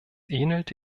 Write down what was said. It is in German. ähnelt